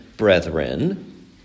brethren